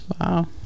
Wow